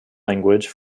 language